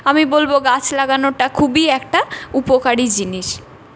আমি বলবো গাছ লাগানোটা খুবই একটা উপকারী জিনিস